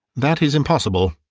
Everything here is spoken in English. that is impossible.